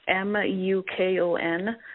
M-U-K-O-N